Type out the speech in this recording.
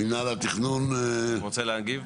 מינהל התכנון רוצה להגיד?